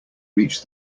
reach